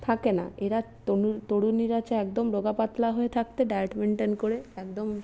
থাকে না এরা তরুণীরা চায় একদম রোগা পাতলা হয়ে থাকতে ডায়েট মেনটেন করে একদম